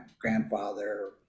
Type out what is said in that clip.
grandfather